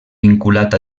vinculat